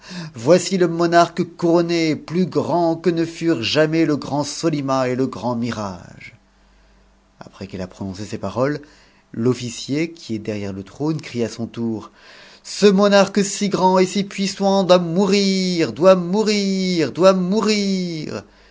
voici e monarque couronné plus grand que ne furent jamais le grand soiima et le grand mihrage après qu'i a prononcé ces paroles t'ofucier qui est derrière le trône ctw à son tour ce monarque si grand et si puissant doit mourir doit mourir doit mourir